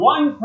One